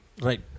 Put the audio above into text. Right